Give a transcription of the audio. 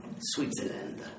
Switzerland